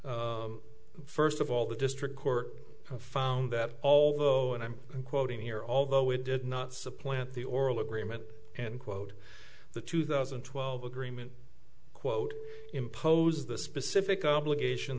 things first of all the district court found that although and i'm quoting here although it did not supplant the oral agreement and quote the two thousand and twelve agreement quote impose the specific obligation